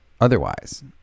otherwise